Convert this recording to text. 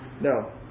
No